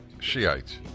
Shiites